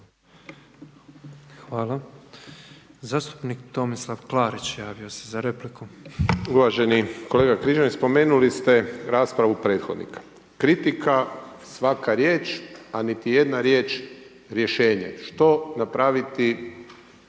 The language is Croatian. Hvala, zastupnik Tomislav Klarić javio se za repliku. **Klarić, Tomislav (HDZ)** Uvaženi kolega Križanić, spomenuli ste raspravu prethodnika. Kritika, svaka riječ, a niti jedna riječ rješenje. Što napraviti